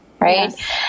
right